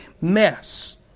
mess